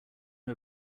him